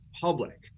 public